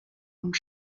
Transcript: und